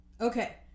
Okay